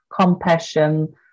compassion